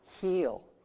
heal